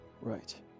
Right